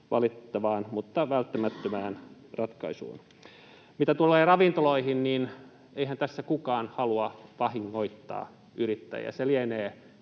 valitettavaan mutta välttämättömään ratkaisuun. Mitä tulee ravintoloihin, niin eihän tässä kukaan halua vahingoittaa yrittäjiä, se lienee